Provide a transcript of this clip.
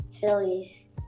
Phillies